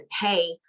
hey